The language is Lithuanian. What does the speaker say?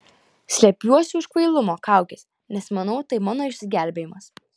slepiuosi už kvailumo kaukės nes manau tai mano išsigelbėjimas